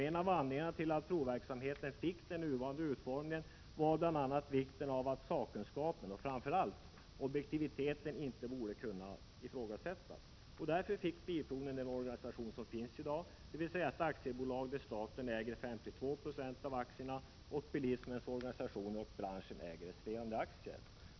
En anledning till att provverksamheten fick den nuvarande utformningen var bl.a. vikten av att sakkunskapen och framför allt objektiviteten inte borde kunna ifrågasättas. Därför fick Svensk Bilprovning den organisation som den har i dag, dvs. ett aktiebolag där staten äger 52 26 av aktierna, medan bilismens organisationer och branschen äger resterande aktier.